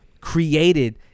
created